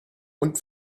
und